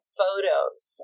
photos